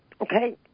Okay